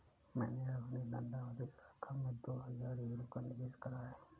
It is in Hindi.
मैंने अपनी लंदन वाली शाखा में दो हजार यूरो का निवेश करा है